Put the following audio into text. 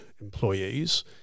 employees